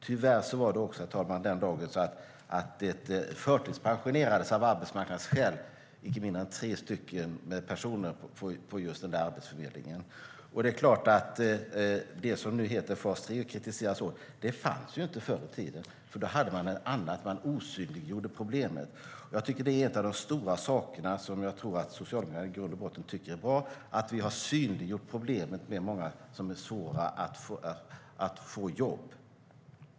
Tyvärr förtidspensionerades också den dagen av arbetsmarknadsskäl icke mindre än tre personer på just den arbetsförmedlingen. Det som nu heter fas 3 och kritiseras hårt fanns inte förr i tiden. Då hade man något annat. Man osynliggjorde problemet. En av de stora sakerna som jag tror att Socialdemokraterna i grund och botten tycker är bra är att vi har synliggjort problemet med dem som har svårt att få jobb.